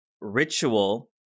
ritual